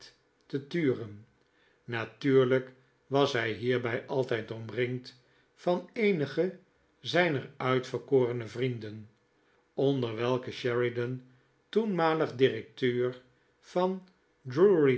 te turen natuurlijk was hij hierbij altijd omringd van eenige zijner uitverkorene vrienden onder welke sheridan toenmalig directeur van